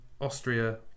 Austria